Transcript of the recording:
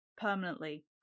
permanently